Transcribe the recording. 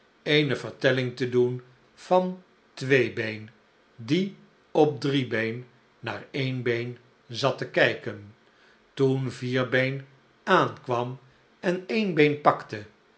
eene vertelling te doen van tweebeen die op driebeen naar eenbeen zat te kijken toen vierbeen aankwam en eenbeen pakte